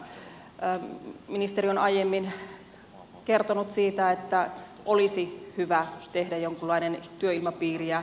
ministeri on aiemmin kertonut siitä että olisi hyvä tehdä jonkunlainen työilmapiiriä kartoittava tutkimus